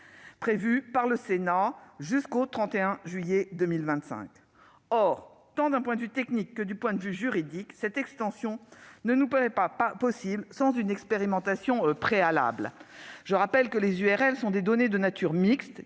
prévu par le Sénat jusqu'au 31 juillet 2025. Or, d'un point de vue tant technique que juridique, cette extension ne nous paraît pas possible sans une expérimentation préalable. Je rappelle que les URL sont des données de nature mixte,